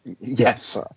yes